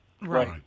Right